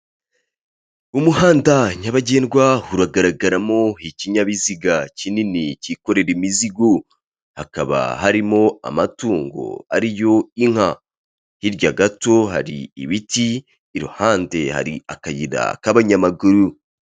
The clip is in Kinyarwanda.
Umuhanda nyabagendwa uragaragaramo ikinyabiziga kinini kikorera imizigo, hakaba harimo amatungo ariyo inka. Hirya gato hari ibiti, iruhande hari akayira k'abanyamaguru.